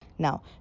Now